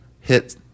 hit